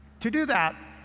to do that,